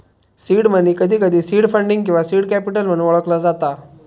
seed money, कधीकधी seed funding किंवा seed capital म्हणून ओळखला जाता